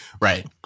right